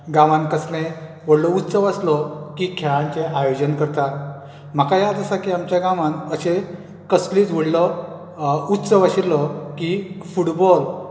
गांवान कसलेंय व्हडलो उत्सव आसलो की खेळांचे आयोजन करतात म्हाका याद आसा की आमच्या गांवान अशें कसलीच व्हडलो उत्सव आशिल्लो की फुटबॉल